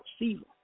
receiver